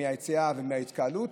ביציאה ובהתקהלות,